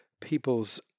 people's